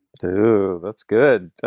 too that's good.